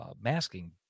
masking